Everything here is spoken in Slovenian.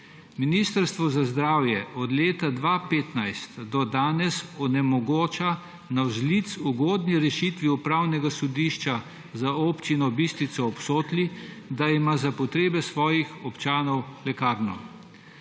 Ministrstvo za zdravje od leta 2015 do danes onemogoča navzlic ugodni rešitvi Upravnega sodišča za Občino Bistrica ob Sotli, da ima za potrebe svojih občanov lekarno.